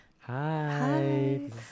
Hi